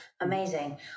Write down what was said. amazing